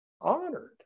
Honored